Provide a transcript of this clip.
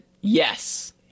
yes